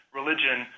religion